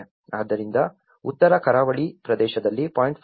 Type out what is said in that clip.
ಆದ್ದರಿಂದ ಉತ್ತರ ಕರಾವಳಿ ಪ್ರದೇಶದಲ್ಲಿ 0